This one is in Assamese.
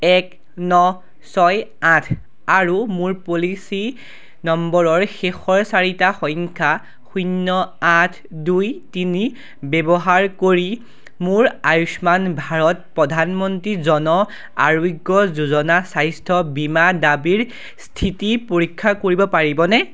এক ন ছয় আঠ আৰু মোৰ পলিচী নম্বৰৰ শেষৰ চাৰিটা সংখ্যা শূন্য আঠ দুই তিনি ব্যৱহাৰ কৰি মোৰ আয়ুষ্মান ভাৰত প্ৰধানমন্ত্ৰী জন আৰোগ্য যোজনা স্বাস্থ্য বীমা দাবীৰ স্থিতি পৰীক্ষা কৰিব পাৰিবনে